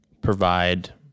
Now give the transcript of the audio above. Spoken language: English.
provide